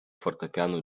fortepianu